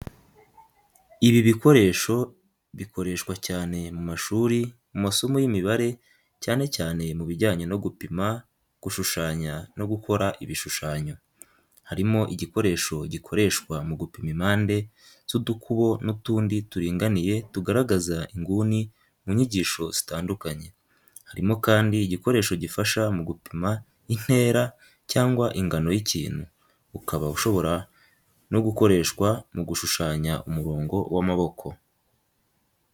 Ibi bikoresho bikoreshwa cyane mu mashuri mu masomo y'imibare cyane cyane mu bijyanye no gupima, gushushanya no gukora ibishushanyo. Harimo igikoresho gikoreshwa mu gupima impande z’udukubo n’utundi turinganiye tugaragaza inguni mu nyigisho zitandukanye. Harimo kandi igikoresho gifasha mu gupima intera cyangwa ingano y'ikintu, ukaba ushobora no gukoreshwa mu gushushanya umurongo w’amaboko.